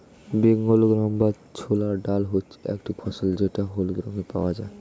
Bengal gram বা ছোলার ডাল হচ্ছে একটি ফসল যেটা হলুদ রঙে পাওয়া যায়